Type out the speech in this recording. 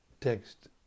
Text